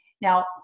Now